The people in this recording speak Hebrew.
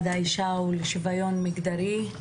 אני פותחת את ישיבת הוועדה לקידום מעמד האישה ולשוויון מגדרי,